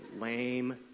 Lame